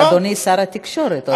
אבל "אדוני שר התקשורת" עוד מעט.